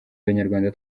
abanyarwanda